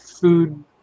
food